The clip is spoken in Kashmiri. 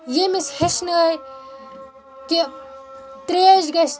ییٚمۍ أسۍ ہٮ۪چھنٲے کہ ترٛیِش گژھِ